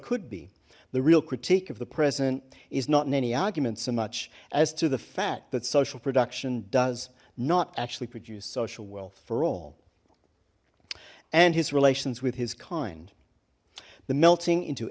could be the real critique of the present is not in any argument so much as to the fact that social production does not actually produce social wealth for all and his relations with his kind the melting into